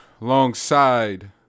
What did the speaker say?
alongside